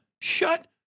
Shut